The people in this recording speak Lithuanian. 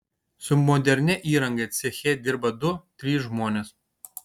su modernia įranga ceche dirba du trys žmonės